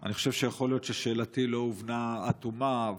אני חושב שיכול להיות ששאלתי לא הובנה עד תומה.